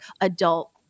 adult